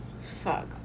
Fuck